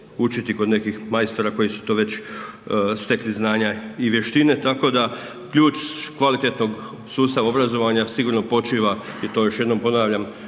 učiti kod nekih majstora koji su to već stekli znanja i vještine. Tako da ključ kvalitetnog sustava obrazovanja sigurno počiva i to još jednom ponavljam